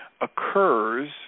occurs